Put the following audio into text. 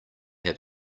have